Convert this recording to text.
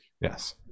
yes